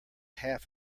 half